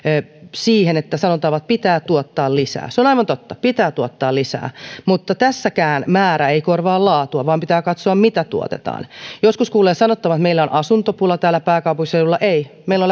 siihen että sanotaan vain että pitää tuottaa lisää se on aivan totta pitää tuottaa lisää mutta tässäkään määrä ei korvaa laatua vaan pitää katsoa mitä tuotetaan joskus kuulee sanottavan että meillä on asuntopula täällä pääkaupunkiseudulla ei meillä